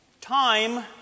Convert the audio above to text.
Time